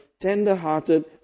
tender-hearted